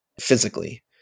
physically